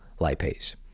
lipase